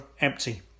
empty